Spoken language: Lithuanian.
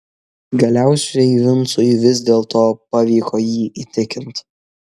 galiausiai vincui vis dėlto pavyko jį įtikinti